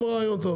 גם רעיון טוב.